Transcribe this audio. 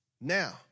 Now